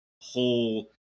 whole